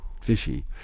fishy